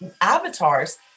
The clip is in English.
avatars